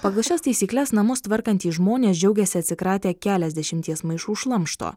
pagal šias taisykles namus tvarkantys žmonės džiaugiasi atsikratę keliasdešimties maišų šlamšto